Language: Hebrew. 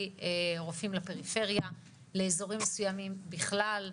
רופאים לפריפריה לאזורים מסוימים בכלל,